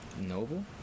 Noble